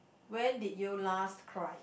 when did you last cried